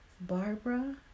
Barbara